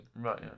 Right